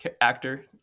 actor